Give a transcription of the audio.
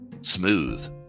smooth